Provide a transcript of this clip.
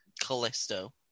Callisto